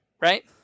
right